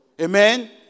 Amen